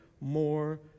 more